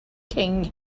king